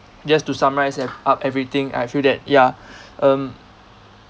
just to summarise and up everything I feel that ya um